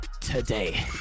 today